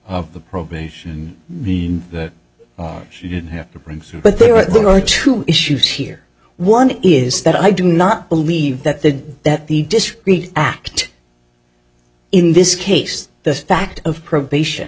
of the probation and the she didn't have to bring suit but there are two issues here one is that i do not believe that the that the discreet act in this case the fact of probation